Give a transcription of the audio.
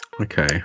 okay